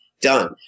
Done